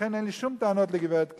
לכן אין לי שום טענות לגברת קלינטון.